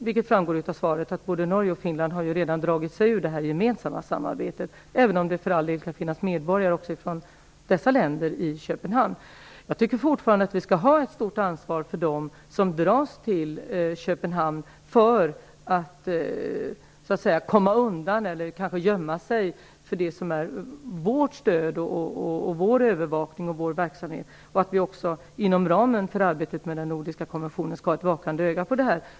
Det framgår av svaret att både Norge och Finland redan har dragit sig ur det gemensamma arbetet, även om det för all del kan finnas medborgare också från dessa länder i Jag tycker fortfarande att vi skall ha ett stort ansvar för dem som dras till Köpenhamn för att komma undan eller kanske gömma sig för vårt stöd, vår övervakning och vår verksamhet. Inom ramen för arbetet med den nordiska konventionen skall vi hålla ett vakande öga på det här.